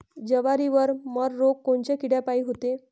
जवारीवरचा मर रोग कोनच्या किड्यापायी होते?